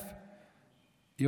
ראשית,